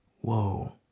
whoa